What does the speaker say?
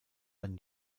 ein